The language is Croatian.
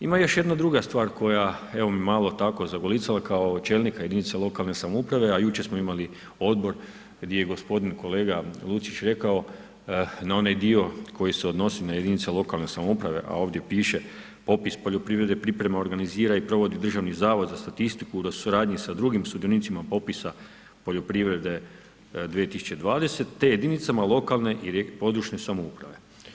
Ima još jedna druga stvar koja evo me malo tako zagolicala ko čelnika jedinice lokalne samouprave a jučer smo imali odbor di je g. kolega Lucić rekao na onaj dio koji se odnosi na jedinice lokalne samouprave a ovdje piše popis poljoprivrede, priprema, organizira i provodi Državni zavod za statistiku u suradnji sa drugim sudionicima popisa poljoprivrede 2020. te jedinicama lokalne i područne samouprave.